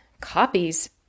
copies